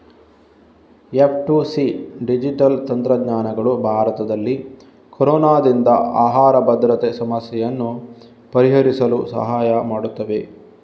F two C digital ತಂತ್ರಜ್ಞಾನಗಳು ಭಾರತದಲ್ಲಿ ಕೊರೊನಾದಿಂದ ಆಹಾರ ಭದ್ರತೆ ಸಮಸ್ಯೆಯನ್ನು ಪರಿಹರಿಸಲು ಸಹಾಯ ಮಾಡುತ್ತವೆ